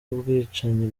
ubwicanyi